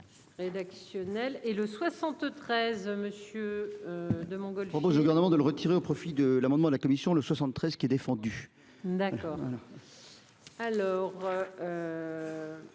Rédactionnelle et le 73 monsieur. De mongol. Moi je le gouvernement de le retirer au profit de l'amendement de la commission le 73 qui est défendu. D'accord. Alors.